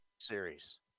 series